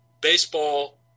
baseball